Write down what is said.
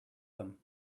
them